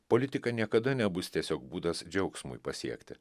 politika niekada nebus tiesiog būdas džiaugsmui pasiekti